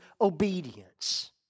obedience